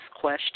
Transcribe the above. question